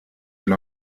neil